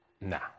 Nah